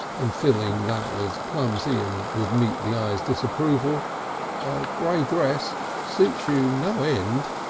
and feeling that was clumsy and would meet the eye's disapproval grey dress suits you no end.